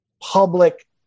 public